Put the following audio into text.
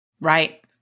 Right